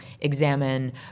examine